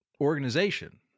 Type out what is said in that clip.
organization